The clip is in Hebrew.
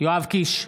יואב קיש,